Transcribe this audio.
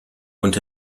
und